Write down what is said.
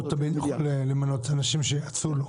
הוא תמיד יכול למנות אנשים שייעצו לו.